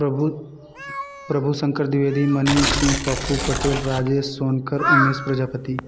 Prabhu Prabhu Shankar Dwivedi Manish Singh Pappu Patel Rajesh Sonkar Umesh Prajapati